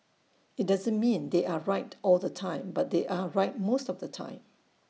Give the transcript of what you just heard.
IT doesn't mean they are right all the time but they are right most of the time